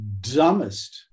dumbest